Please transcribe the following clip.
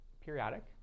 periodic